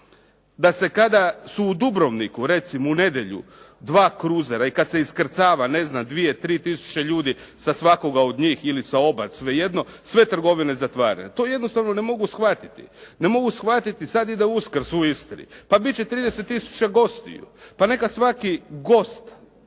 da se kada su u Dubrovniku recimo u nedjelju dva kruzera i kad se iskrcava 2, 3 tisuće ljudi sa svakoga od njih ili sa oba, svejedno sve trgovine zatvorene. To jednostavno ne mogu shvatiti. Ne mogu shvatiti, sad ide Uskrs u Istri. Pa bit će 30 tisuća gostiju. Pa neka svaki gost